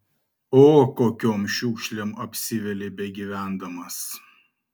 o kokiom šiukšlėm apsiveli begyvendamas